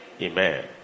Amen